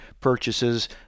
purchases